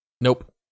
Nope